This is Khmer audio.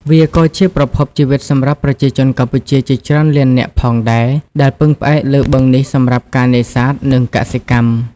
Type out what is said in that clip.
វាក៏ជាប្រភពជីវិតសម្រាប់ប្រជាជនកម្ពុជាជាច្រើនលាននាក់ផងដែរ ដែលពឹងផ្អែកលើបឹងនេះសម្រាប់ការនេសាទ និងកសិកម្ម។